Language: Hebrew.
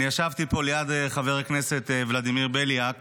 שאני ישבתי פה ליד חבר הכנסת ולדימיר בליאק